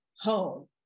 home